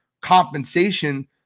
compensation